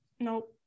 nope